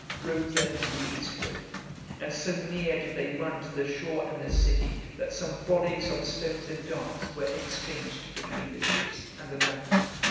drove them to the eastward and so near did they run to the shore and the city, that some volleys of stones and darts were exchanged between the ships and the rampart.